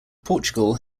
portugal